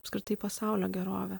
apskritai pasaulio gerove